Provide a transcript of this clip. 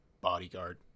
bodyguard